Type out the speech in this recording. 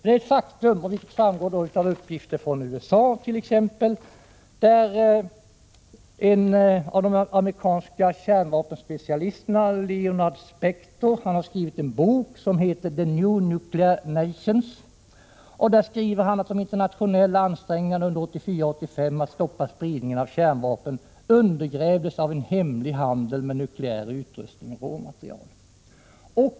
I detta sammanhang finns det vissa uppgifter från USA t.ex. En amerikansk kärnvapenspecialist, Leonard Spector, har skrivit en bok som heter ”The new Nuclear Nations”. Där skriver han att de internationella ansträngningarna under 1984 och 1985 för att stoppa spridningen av kärnvapen undergrävdes av en hemlig handel med nukleär utrustning och nukleärt råmaterial.